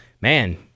Man